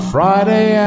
Friday